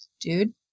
dude